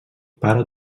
pare